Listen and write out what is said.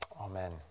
Amen